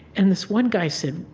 and this one guy said,